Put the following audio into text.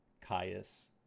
Caius